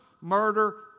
murder